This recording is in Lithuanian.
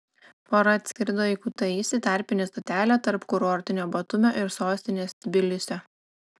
pora atskrido į kutaisį tarpinę stotelę tarp kurortinio batumio ir sostinės tbilisio